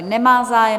Nemá zájem.